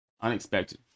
Unexpected